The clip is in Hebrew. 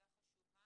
נקודה חשובה.